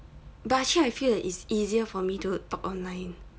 but actually I feel that it's easier for me to talk online